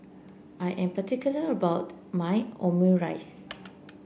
I am particular about my Omurice